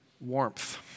warmth